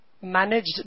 managed